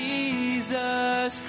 Jesus